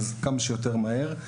אז כמה שיותר מהר.